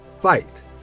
fight